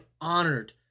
honored